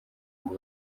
ngo